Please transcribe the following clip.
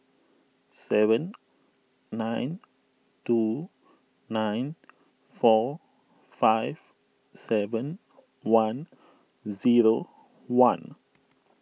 seven nine two nine four five seven one zero one